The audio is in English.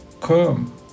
Come